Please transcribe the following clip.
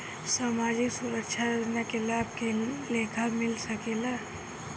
सामाजिक सुरक्षा योजना के लाभ के लेखा मिल सके ला?